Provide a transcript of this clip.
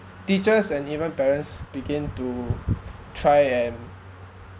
teachers and even parents begin to try and